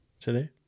today